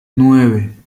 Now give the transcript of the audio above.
nueve